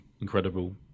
incredible